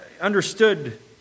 understood